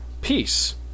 peace